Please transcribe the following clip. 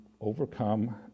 overcome